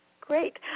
Great